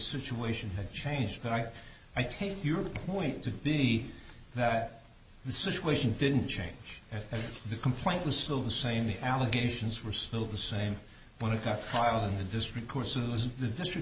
situation had changed but i i take your point to be that the situation didn't change and the complaint was still the same the allegations were still the same when it got filed in the district court susan the district